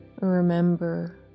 Remember